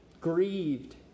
grieved